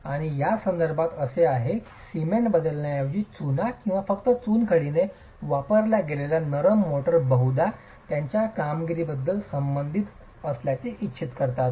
आणि या संदर्भात असे आहे की सिमेंट बदलण्याऐवजी चुना किंवा फक्त चुनखडीने वापरल्या गेलेल्या नरम मोर्टार बहुधा त्यांच्या कामगिरीबद्दल संबंधित असल्याने इच्छित असतात